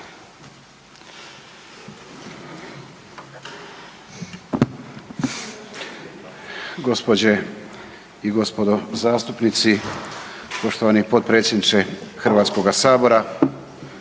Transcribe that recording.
Gđe. i gospodo zastupnici, poštovani potpredsjedniče Hrvatskoga sabora.